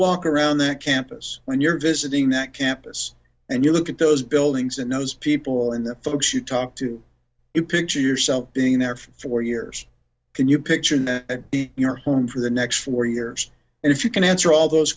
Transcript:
walk around that campus when you're visiting that campus and you look at those buildings and those people in the folks you talk to you picture yourself being there for years can you picture your home for the next four years and if you can answer all those